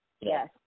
Yes